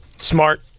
Smart